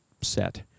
set